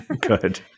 Good